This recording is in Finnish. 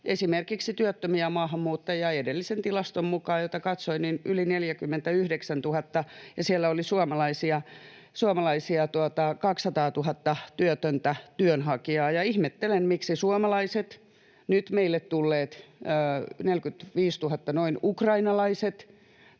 esimerkiksi työttömiä maahanmuuttajia — edellisen tilaston mukaan, jota katsoin, yli 49 000, ja siellä oli suomalaisia 200 000 työtöntä työnhakijaa. Ihmettelen, miksi suomalaiset, nyt meille tulleet noin 45 000 ukrainalaista